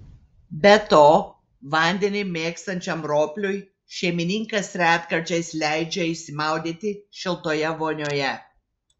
be to vandenį mėgstančiam ropliui šeimininkas retkarčiais leidžia išsimaudyti šiltoje vonioje